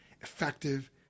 effective